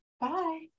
Bye